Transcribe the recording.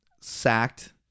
sacked